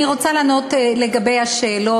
אני רוצה לענות על השאלות,